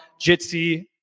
Jitsi